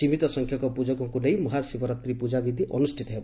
ସୀମିତ ସଂଖ୍ୟକ ପ୍ରଜକଙ୍କୁ ନେଇ ମହାଶିବରାତ୍ରୀ ପୂଜାବିଧି ଅନୁଷ୍ଚିତ ହେବ